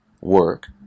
work